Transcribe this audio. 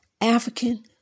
African